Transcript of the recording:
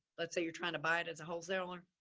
let's say you're trying to buy it as a wholesaler.